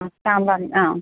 സാമ്പാർ ആ